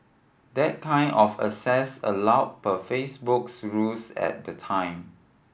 that kind of access allow per Facebook's rules at the time